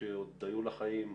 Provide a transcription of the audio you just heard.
כשעוד היו לך חיים,